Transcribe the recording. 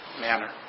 manner